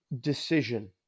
decision